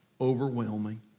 overwhelming